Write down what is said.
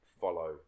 follow